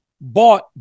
bought